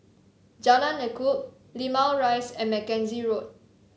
Jalan Lekub Limau Rise and Mackenzie Road